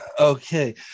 Okay